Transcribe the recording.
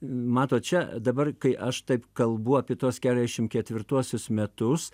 matot čia dabar kai aš taip kalbu apie tuos keturiasdešim ketvirtuosius metus